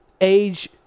age